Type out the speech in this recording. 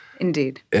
Indeed